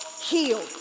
healed